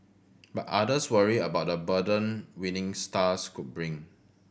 but others worry about the burden winning stars could bring